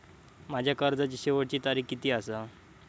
माझ्या कर्जाची शेवटची तारीख किती आसा?